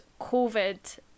COVID